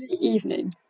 evening